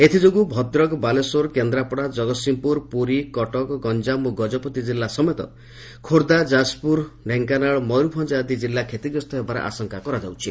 ଏଥିଯୋଗୁଁ ଭଦ୍ରକ ବାଲେଶ୍ୱର କେନ୍ଦ୍ରାପଡ଼ା ଜଗତ୍ସିଂହପୁର ପୁରୀ କଟକ ଗଞ୍ଠାମ ଓ ଗଜପତି ଜିଲ୍ଲା ସମେତ ଖୋର୍ବ୍ଧା ଯାଜପୁର ଡେଙ୍କାନାଳ ମୟରଭଞ୍ ଆଦି ଜିଲ୍ଲା ଷତିଗ୍ରସ୍ତ ହେବାର ଆଶଙ୍କା କରାଯାଉଛି